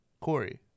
Corey